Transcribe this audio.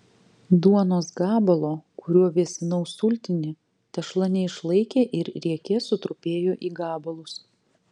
duonos gabalo kuriuo vėsinau sultinį tešla neišlaikė ir riekė sutrupėjo į gabalus